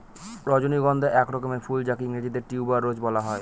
রজনীগন্ধা এক রকমের ফুল যাকে ইংরেজিতে টিউবার রোজ বলা হয়